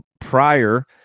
prior